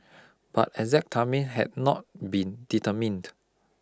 but exact timing had not been determined